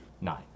Nine